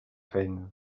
feina